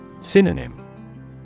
Synonym